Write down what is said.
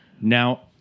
now